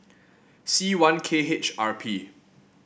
C one K H R P